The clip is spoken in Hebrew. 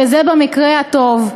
וזה במקרה בטוב.